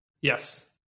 Yes